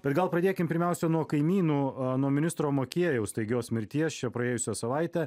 bet gal pradėkim pirmiausia nuo kaimynų nuo ministro makėjaus staigios mirties čia praėjusią savaitę